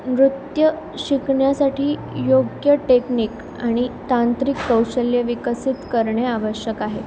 नृत्य शिकण्यासाठी योग्य टेक्निक आणि तांत्रिक कौशल्य विकसित करणे आवश्यक आहे